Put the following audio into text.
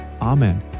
Amen